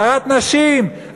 הדרת נשים,